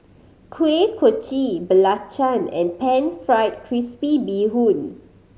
Kuih Kochi belacan and Pan Fried Crispy Bee Hoon